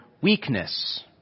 weakness